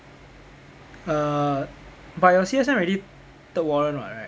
uh but your C_S_M already third warrant [what] right